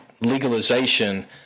legalization